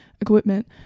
equipment